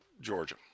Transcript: Georgia